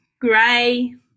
Grey